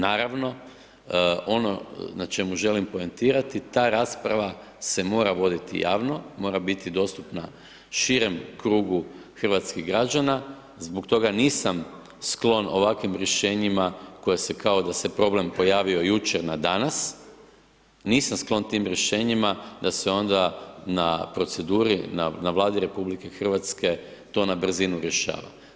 Naravno, ono na čemu poentirati, ta rasprava se mora voditi javno, mora biti dostupna širem krugu hrvatskih građana, zbog toga nisam sklon ovakvim rješenjima koja se kao da se problem pojavio jučer na danas, nisam sklon tim rješenjima da se onda na proceduri, na Vladi RH, to na brzinu rješava.